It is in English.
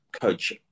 coach